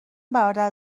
برادر